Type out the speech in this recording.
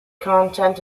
content